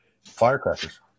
firecrackers